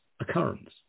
occurrence